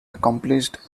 accomplished